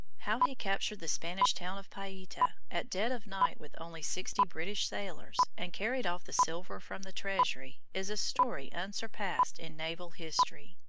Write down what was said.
how he captured the spanish town of paita at dead of night with only sixty british sailors, and carried off the silver from the treasury, is a story unsurpassed in naval history.